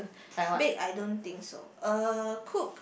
bake I don't think so uh cook